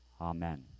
Amen